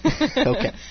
Okay